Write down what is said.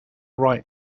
right